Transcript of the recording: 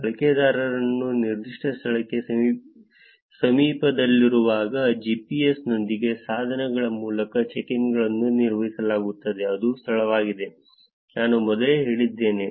ಬಳಕೆದಾರನು ನಿರ್ದಿಷ್ಟ ಸ್ಥಳಕ್ಕೆ ಸಮೀಪದಲ್ಲಿರುವಾಗ GPS ನೊಂದಿಗೆ ಸಾಧನಗಳ ಮೂಲಕ ಚೆಕ್ ಇನ್ಗಳನ್ನು ನಿರ್ವಹಿಸಲಾಗುತ್ತದೆ ಅದು ಸ್ಥಳವಾಗಿದೆ ನಾನು ಮೊದಲೇ ಹೇಳಿದ್ದೇನೆ